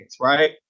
right